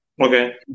Okay